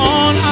on